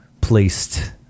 placed